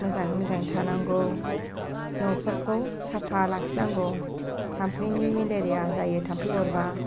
मोजाङै मोजां थानांगौ न'फोरखौ साफा लाखिनांगौ थाम्फैनि मेलेरिया जायो थाम्फै अरबा